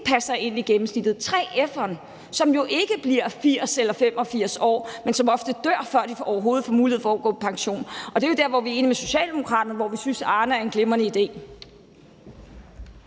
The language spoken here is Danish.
passer ind i gennemsnittet, f.eks. 3F'eren, som jo ikke bliver 80 år eller 85 år, men som ofte dør, før vedkommende overhovedet får mulighed for at gå på pension. Og det er jo der, hvor vi er enige med Socialdemokraterne i, at Arnepensionen er en glimrende idé.